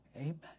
Amen